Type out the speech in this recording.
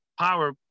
power